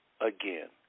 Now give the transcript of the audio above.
Again